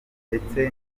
ndetse